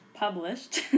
published